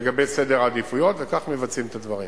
לגבי סדר עדיפויות, וכך מבצעים את הדברים.